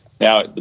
Now